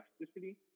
elasticity